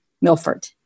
Milford